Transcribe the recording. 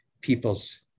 people's